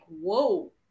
whoa